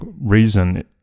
reason